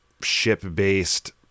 ship-based